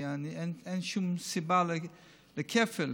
כי אין שום סיבה לכפל,